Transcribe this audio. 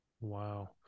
Wow